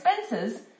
expenses